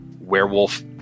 werewolf